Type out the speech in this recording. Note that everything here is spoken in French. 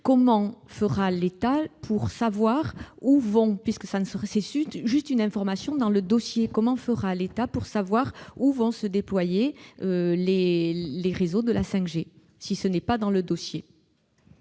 comment fera l'État pour savoir où vont se déployer les réseaux de la 5G si ce n'est pas indiqué dans le dossier ?